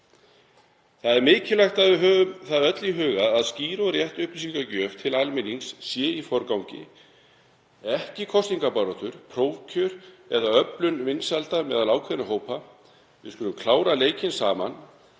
Það er mikilvægt að við höfum það öll í huga að skýr og rétt upplýsingagjöf til almennings sé í forgangi, ekki kosningabarátta, prófkjör eða öflun vinsælda meðal ákveðinna hópa. Við skulum klára leikinn saman,